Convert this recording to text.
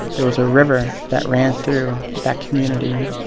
there was a river that ran through that community.